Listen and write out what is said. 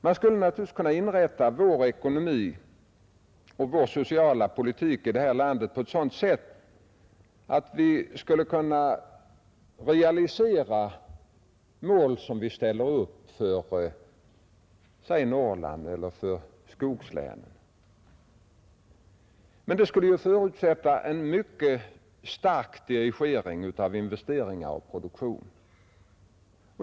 Man skulle naturligtvis kunna inrätta vår ekonomi och vår sociala politik på ett sådant sätt att vi skulle kunna realisera nästan vilka mål som helst som vi ställer upp för låt säga Norrland eller för skogslänen, men det skulle förutsätta en mycket stark dirigering av investeringar och produktion.